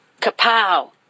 Kapow